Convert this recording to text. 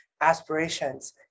aspirations